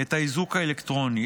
את האיזוק האלקטרוני,